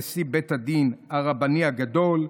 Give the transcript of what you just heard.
נשיא בית הדין הרבני הגדול.